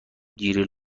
گریل